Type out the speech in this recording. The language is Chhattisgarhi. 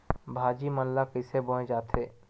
भाजी मन ला कइसे बोए जाथे?